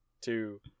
two